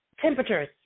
temperatures